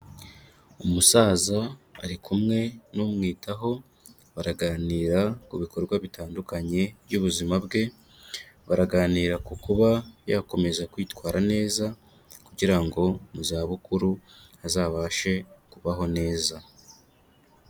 Umusaza ari kumwe n'umwitaho baraganira ku bikorwa bitandukanye by'ubuzima bwe, baraganira ku kuba yakomeza kwitwara neza kugira ngo mu zabukuru azabashe kubaho neza.